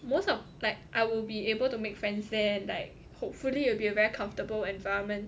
most of like I will be able to make friends there like hopefully it'll be a very comfortable environment